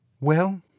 Well